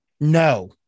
No